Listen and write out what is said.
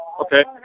Okay